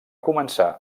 començar